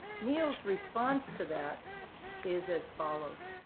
neil's response to that is as follows.